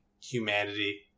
humanity